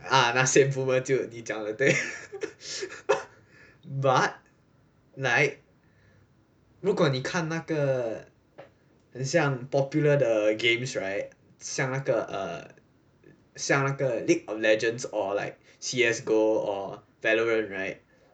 ah 那些 boomers 就你讲得对 but like 如果你看那个很像 popular the games right 像那个像那个 league of legends or like C_S GO or veteran right